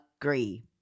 agree